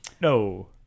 no